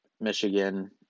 Michigan